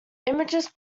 image